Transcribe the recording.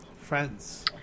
Friends